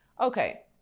Okay